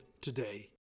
today